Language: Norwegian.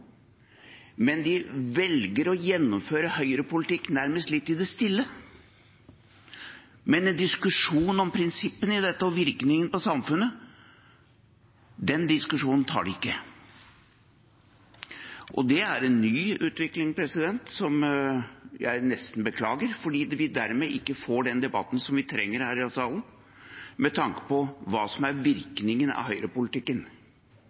men de velger å gjennomføre høyrepolitikk nærmest litt i det stille. Men diskusjonen om prinsippene i dette og virkningen for samfunnet tar de ikke. Og det er en ny utvikling, som jeg nesten beklager, fordi vi dermed ikke får den debatten som vi trenger her i denne salen, med tanke på hva som er virkningen av høyrepolitikken.